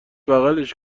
بغلش